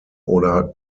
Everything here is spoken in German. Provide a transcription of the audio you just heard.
oder